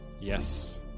Yes